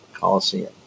Coliseum